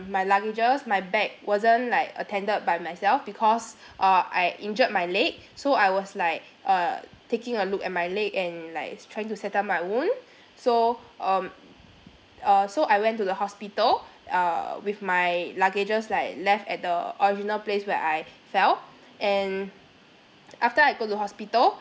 my luggage's my bag wasn't like attended by myself because uh I injured my leg so I was like uh taking a look at my leg and like trying to settle my wound so um uh so I went to the hospital uh with my luggage's like left at the original place where I fell and after I go to hospital